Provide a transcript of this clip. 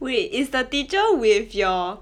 wait is the teacher with your